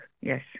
yes